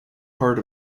part